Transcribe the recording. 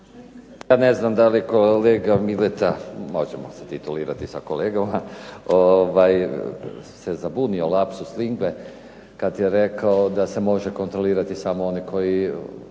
Pa ne znam da li kolega Mileta, možemo si titulirati sa kolegama, se zabunio, lapsus linguae, kad je rekao da se može kontrolirati samo one koji